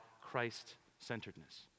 Christ-centeredness